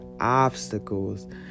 obstacles